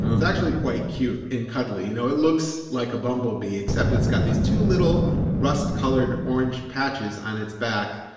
it's actually quite cute and cuddly. you know it looks like a bumblebee except it's got these two little rust-colored orange patches on its back.